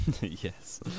Yes